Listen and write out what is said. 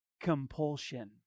Compulsion